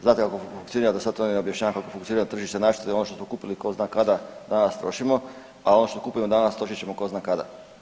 Znate kako funkcionira da sad to ne objašnjavam kako funkcionira tržište nafte, da ono što smo kupili tko zna kada danas trošimo, a ono što kupimo danas trošit ćemo tko zna kada.